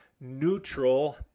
neutral